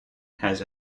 has